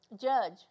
judge